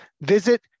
Visit